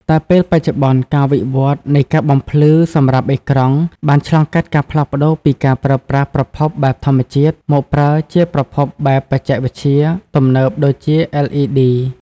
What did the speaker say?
តែពេលបច្ចុប្បន្នការិវត្តន៍នៃការបំភ្លឺសម្រាប់អេក្រង់បានឆ្លងកាត់ការផ្លាស់ប្តូរពីការប្រើប្រាស់ប្រភពបែបធម្មជាតិមកប្រើជាប្រភពបែបច្ចេកវិទ្យាទំនើបដូចជា LED។